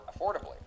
affordably